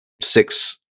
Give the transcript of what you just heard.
six